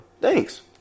thanks